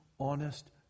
honest